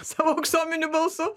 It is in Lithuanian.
savo aksominiu balsu